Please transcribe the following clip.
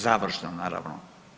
Završno naravno.